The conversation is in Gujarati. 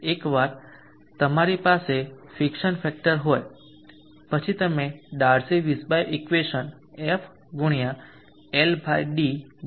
એકવાર તમારી પાસે ફિક્શન ફેક્ટર હોય પછી તમે Darcy Weisbach equation f ldu22g